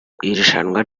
irushanwa